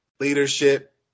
leadership